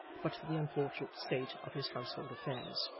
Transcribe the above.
but for the unfortunate state of his household affairs.